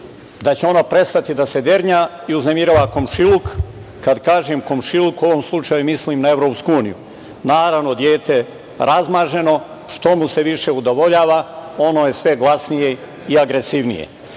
da će ono prestati da se dernja i uznemirava komšiluk. Kada kažem komšiluk, u ovom slučaju mislim na EU. Naravno dete razmaženo, što mu se više udovoljava, ono je sve glasnije i agresivnije. Mislim